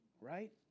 right